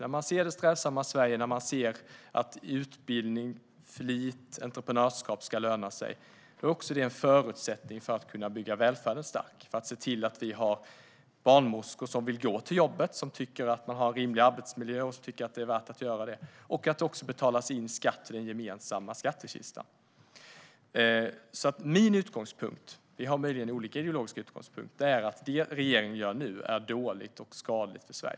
I det strävsamma Sverige ska utbildning, flit och entreprenörskap löna sig, och det är en förutsättning för att kunna bygga välfärden stark och se till att vi har barnmorskor som vill gå till jobbet, tycker att de har en rimlig arbetsmiljö och tycker att det är värt att gå dit så att det också betalas in skatt till den gemensamma skattekistan. Min utgångspunkt - vi har möjligen olika ideologiska utgångspunkter - är att det regeringen gör nu är dåligt och skadligt för Sverige.